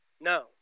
No